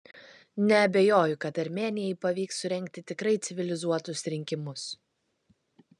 neabejoju kad armėnijai pavyks surengti tikrai civilizuotus rinkimus